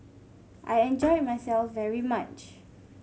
I enjoyed myself very much